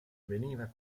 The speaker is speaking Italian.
veniva